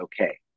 okay